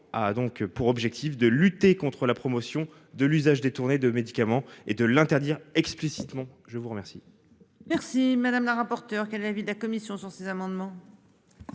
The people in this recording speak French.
a donc pour objectif de lutter contre la promotion de l'usage détourné de médicaments et de l'interdire explicitement, je vous remercie. Merci madame la rapporteure qu'est l'avis de la commission sur ces amendements.